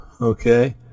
okay